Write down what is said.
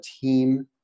team